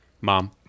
Mom